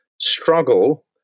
struggle